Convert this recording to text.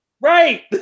Right